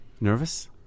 Nervous